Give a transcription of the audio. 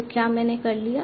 तो क्या मैंने कर लिया है